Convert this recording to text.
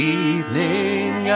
evening